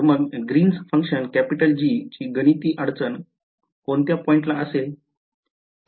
तर मग Green's function G ची गणिती अडचण कोणत्या पॉईंटला असेल